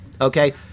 Okay